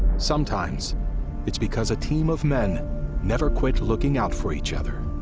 sometimes it's because a team of men never quit looking out for each other.